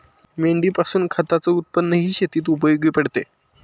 मेंढीपासून खताच उत्पन्नही शेतीत उपयोगी पडते